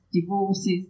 divorces